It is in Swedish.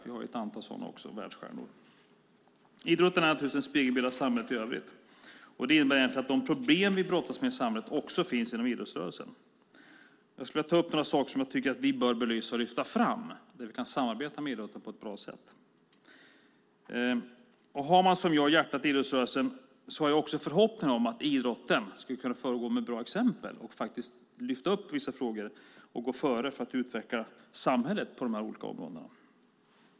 Vi har ju ett antal världsstjärnor. Idrotten är naturligtvis en spegelbild av samhället i övrigt. Det innebär att de problem som vi brottas med i samhället också finns inom idrottsrörelsen. Jag skulle vilja ta upp några områden som jag tycker att vi bör belysa och lyfta fram och där vi kan samarbeta med idrotten på ett bra sätt. Jag som har hjärtat i idrottsrörelsen har också en förhoppning om att idrotten ska kunna föregå med gott exempel, lyfta upp vissa frågor och gå före för att utveckla samhället på de här områdena.